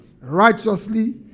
righteously